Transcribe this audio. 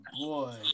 boy